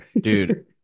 Dude